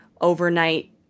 overnight